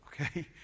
okay